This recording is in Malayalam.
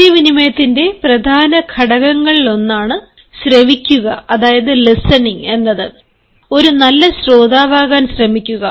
ആശയവിനിമയത്തിന്റെ പ്രധാന ഘടകങ്ങളിലൊന്നാണ് ശ്രവിക്കുക എന്നത് ഒരു നല്ല ശ്രോതാവാകാൻ ശ്രമിക്കുക